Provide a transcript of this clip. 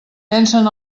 pensen